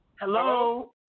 Hello